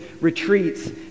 retreats